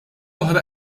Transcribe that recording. oħra